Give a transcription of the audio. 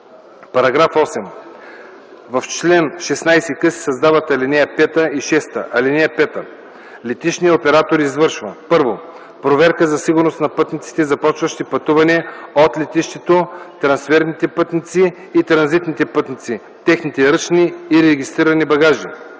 „§ 8. В чл. 16к се създават ал. 5 и 6: „(5) Летищният оператор извършва: 1. проверка за сигурност на пътниците, започващи пътуване от летището, трансферните пътници и транзитните пътници, техните ръчни и регистрирани багажи;